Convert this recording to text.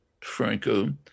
Franco